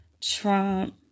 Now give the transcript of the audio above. Trump